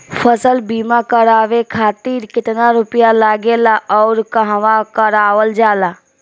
फसल बीमा करावे खातिर केतना रुपया लागेला अउर कहवा करावल जाला?